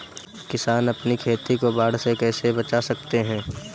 किसान अपनी खेती को बाढ़ से कैसे बचा सकते हैं?